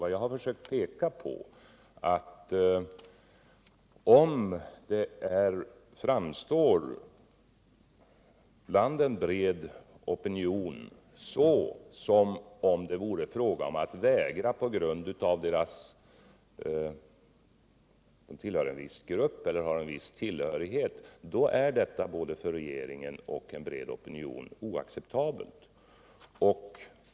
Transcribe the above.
Vad jag har försökt peka på är att om det framstår för en bred opinion som om det är fråga om inresevägran på grund av att vederbörande tillhör en viss grupp eller har en viss bakgrund är detta både för regeringen och för en bred opinion oacceptabelt.